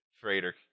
freighter